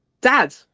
dad